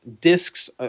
Discs